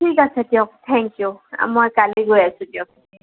ঠিক আছে দিয়ক থেংক ইউ মই কালি গৈ আছোঁ দিয়ক